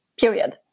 period